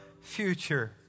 future